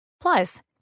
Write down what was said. plus